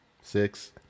six